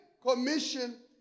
commission